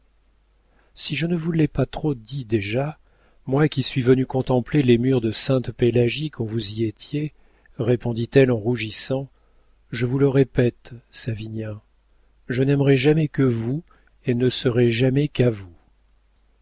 si je ne vous l'ai pas trop dit déjà moi qui suis venue contempler les murs de sainte-pélagie quand vous y étiez répondit-elle en rougissant je vous le répète savinien je n'aimerai jamais que vous et ne serai jamais qu'à vous